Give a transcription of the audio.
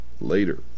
later